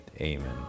Amen